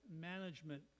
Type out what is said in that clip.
Management